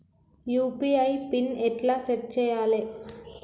UPI PIN ఎట్లా set చేయాలే?